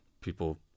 people